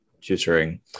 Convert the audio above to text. tutoring